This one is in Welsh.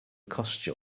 costio